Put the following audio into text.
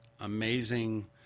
amazing